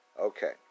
Okay